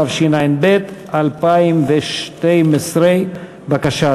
התשע"ב 2012. בבקשה,